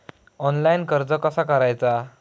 Online कर्ज कसा करायचा?